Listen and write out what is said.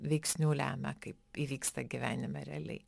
veiksnių lemia kaip įvyksta gyvenime realiai